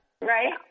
Right